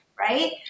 Right